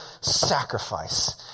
sacrifice